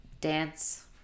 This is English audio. dance